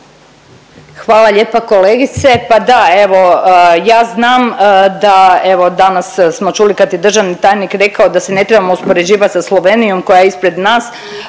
Hvala lijepa kolegice. Pa da evo ja znam da evo danas smo čuli kad je državni tajnik rekao da se ne trebamo uspoređivat sa Slovenijom koja je ispred nas,